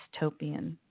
dystopian